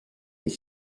les